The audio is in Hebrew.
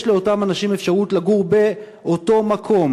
לאותם אנשים אפשרות לגור באותו מקום